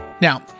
Now